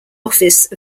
office